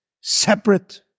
separate